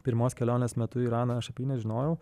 pirmos kelionės metu į iraną aš apie nežinojau